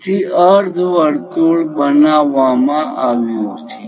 તેથી અર્ધવર્તુળ બનાવવામાં આવ્યું છે